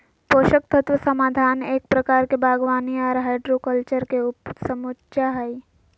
पोषक तत्व समाधान एक प्रकार के बागवानी आर हाइड्रोकल्चर के उपसमुच्या हई,